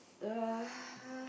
uh